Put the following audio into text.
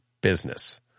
business